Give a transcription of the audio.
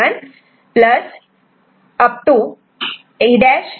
D14 E'